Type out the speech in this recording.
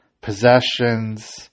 possessions